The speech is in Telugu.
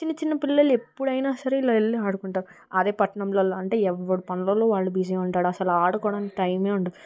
చిన్న చిన్న పిల్లలు ఎప్పుడైనా సరే ఇలా వెళ్ళి ఆడుకుంటారు అదే పట్నంలలో అంటే ఎవరి పనులలో వాళ్ళు బిజీ ఉంటారు అసలు ఆడుకోవడానికి టైమే ఉండదు